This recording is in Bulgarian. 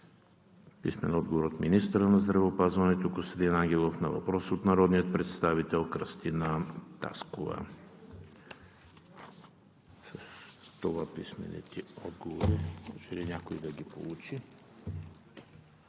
Гьоков; - министъра на здравеопазването Костадин Ангелов на въпрос от народния представител Кръстина Таскова.